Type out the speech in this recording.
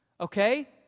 Okay